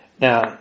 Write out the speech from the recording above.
Now